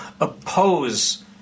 oppose